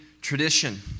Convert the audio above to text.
tradition